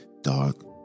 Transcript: dark